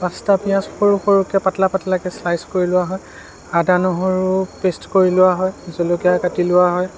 পাঁচটা পিয়াঁজ সৰু সৰুকে পাতলা পাতলাকে ছ্লাইচ কৰি লোৱা হয় আদা নহৰু পেষ্ট কৰি লোৱা হয় জলকীয়া কাটি লোৱা হয়